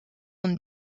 een